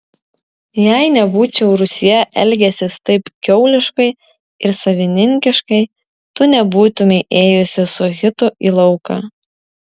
jei nebūčiau rūsyje elgęsis taip kiauliškai ir savininkiškai tu nebūtumei ėjusi su hitu į lauką